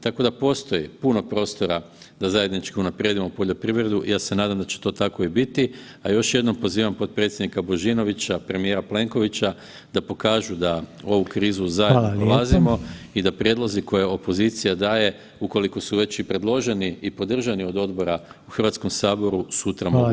Tako da postoji puno prostora da zajednički unaprijedimo poljoprivredu i ja se nadam da će to tako i biti, a još jednom pozivam potpredsjednika Božinovića, premijera Plenkovića da pokažu da ovu krizu zajedno prolazimo [[Upadica: Hvala lijepo.]] i da prijedlozi koje opozicija daje ukoliko su već i predloženi i podržani od odbora u Hrvatskom saboru sutra mogu biti izglasani.